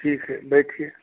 ठीक है बैठिए